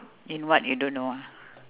in what you don't know ah